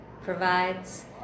provides